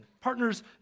Partners